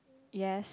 yes